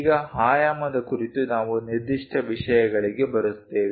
ಈಗ ಆಯಾಮದ ಕುರಿತು ನಾವು ನಿರ್ದಿಷ್ಟ ವಿಷಯಗಳಿಗೆ ಬರುತ್ತೇವೆ